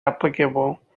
applicable